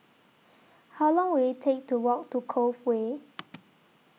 How Long Will IT Take to Walk to Cove Way